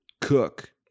Cook